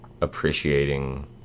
appreciating